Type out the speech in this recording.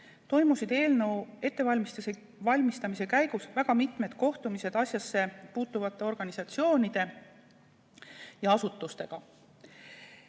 toimusid eelnõu ettevalmistamise käigus mitmed kohtumised asjasse puutuvate organisatsioonide ja asutustega.